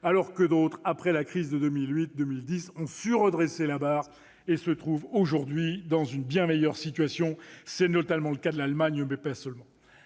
alors que d'autres, après la crise de 2008-2010, ont su redresser la barre et se trouvent aujourd'hui dans une bien meilleure situation. C'est notamment le cas de l'Allemagne, mais pas seulement.